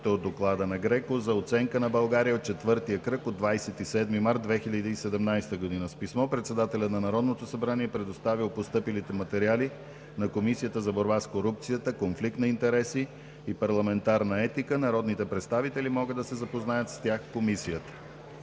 от Доклада на ГРЕКО за оценка на България от четвъртия кръг от 27 март 2017 г. С писмо Председателят на Народното събрание е предоставил постъпилите материали на Комисията за борба с корупцията, конфликт на интереси и парламентарна етика. Народните представители могат да се запознаят с тях в Комисията.